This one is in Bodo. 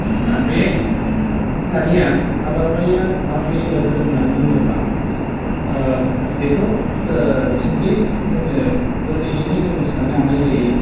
बे दानिया हाबाफारिया माब्रै सोलायबोदों होननानै बुङोबा बेथ' सिमप्लि जोङो गोरलैयैनो जोङो साननो हानाय जायो